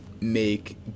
make